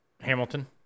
Hamilton